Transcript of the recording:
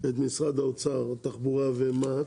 את משרד האוצר, התחבורה ומע"צ.